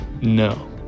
No